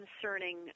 concerning